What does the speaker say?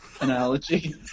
analogy